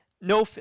no